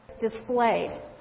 Displayed